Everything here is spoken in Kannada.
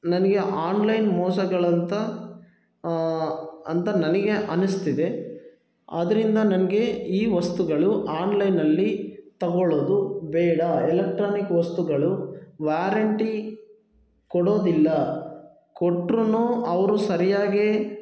ನನಗೆ ಆನ್ಲೈನ್ ಮೋಸಗಳಂತ ಅಂತ ನನಗೆ ಅನ್ನಿಸ್ತಿದೆ ಆದ್ದರಿಂದ ನನಗೆ ಈ ವಸ್ತುಗಳು ಆನ್ಲೈನಲ್ಲಿ ತೊಗೊಳ್ಳೋದು ಬೇಡ ಎಲೆಕ್ಟ್ರಾನಿಕ್ ವಸ್ತುಗಳು ವ್ಯಾರಂಟಿ ಕೊಡೋದಿಲ್ಲ ಕೊಟ್ರು ಅವರು ಸರಿಯಾಗೇ